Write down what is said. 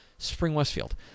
Spring-Westfield